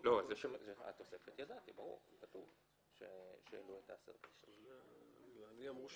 פוטנציאל המבוסס